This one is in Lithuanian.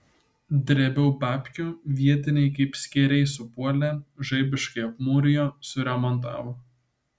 drėbiau babkių vietiniai kaip skėriai supuolė žaibiškai apmūrijo suremontavo